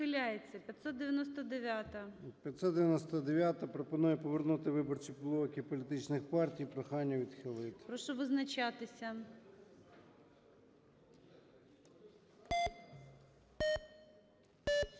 599-а пропонує повернути виборчі блоки політичних партій. Прохання відхилити. ГОЛОВУЮЧИЙ. Прошу визначатися.